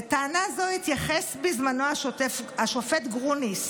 לטענה זאת התייחס בזמנו השופט גרוניס,